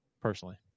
personally